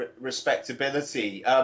respectability